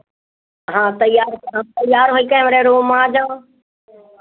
हाँ तैयार तैयार होइ के हमरे रूम में आ जाओ